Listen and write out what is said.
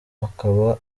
akaba